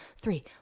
three